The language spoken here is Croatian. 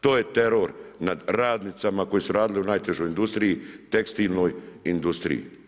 To je teror nad radnicama koje su radile u najtežoj industriji, tekstilnoj industriji.